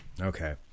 Okay